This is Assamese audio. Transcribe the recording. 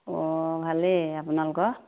অঁ ভালেই আপোনালোকৰ